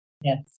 Yes